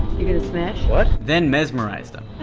you gonna smash? then mesmerize them.